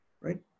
right